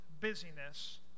busyness